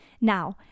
Now